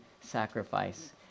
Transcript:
sacrifice